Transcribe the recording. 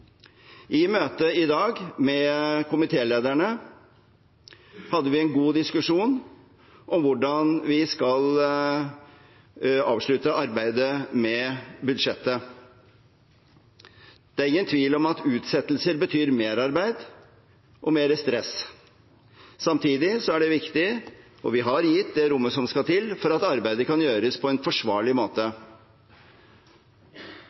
I møtet i dag med komitélederne hadde vi en god diskusjon om hvordan vi skal avslutte arbeidet med budsjettet. Det er ingen tvil om at utsettelser betyr merarbeid og mer stress. Samtidig er det viktig, og vi har gitt det rommet som skal til for at arbeidet kan gjøres på en forsvarlig måte.